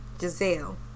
giselle